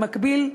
במקביל,